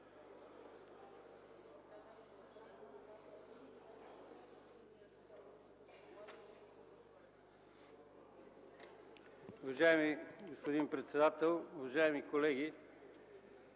Уважаеми господин председател, уважаеми колеги!